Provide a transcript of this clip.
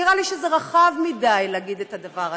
נראה לי שזה רחב מדי להגיד את הדבר הזה.